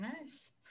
nice